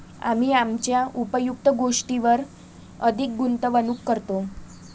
आम्ही आमच्या उपयुक्त गोष्टींवर अधिक गुंतवणूक करतो